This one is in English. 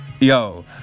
yo